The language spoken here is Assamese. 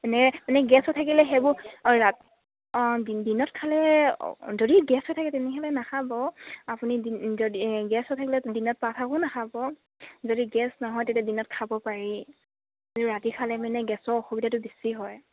এনে মানে গেছ হৈ থাকিলে সেইবোৰ অঁ ৰাতি অঁ দিনত খালে যদি গেছ হৈ থাকে তেনেহ'লে নাখাব আপুনি যদি গেছ হৈ থাকিলে দিনত পাত শাকো নাখাব যদি গেছ নহয় তেতিয়া দিনত খাব পাৰি ৰাতি খালে মানে গেছৰ অসুবিধাটো বেছি হয়